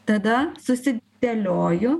tada susidėlioju